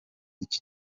iki